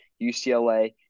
ucla